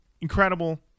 Incredible